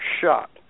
shot